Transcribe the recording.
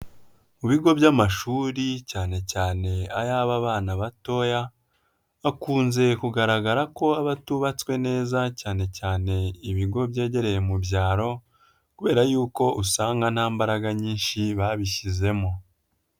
Mu bigo by'amashuri cyane cyane ay'aba bana batoya akunze kugaragara ko aba atubatswe neza cyane cyane ibigo byegereye mu byaro kubera y'uko usanga nta mbaraga nyinshi babishyizemo.